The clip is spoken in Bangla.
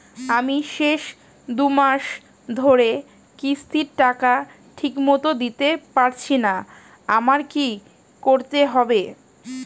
আমি শেষ দুমাস ধরে কিস্তির টাকা ঠিকমতো দিতে পারছিনা আমার কি করতে হবে?